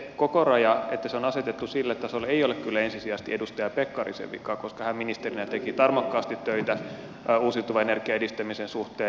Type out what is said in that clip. se että kokoraja on asetettu sille tasolle ei ole kyllä ensisijaisesti edustaja pekkarisen vika koska hän ministerinä teki tarmokkaasti töitä uusiutuvan energian edistämisen suhteen